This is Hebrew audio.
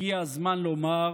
הגיע הזמן לומר: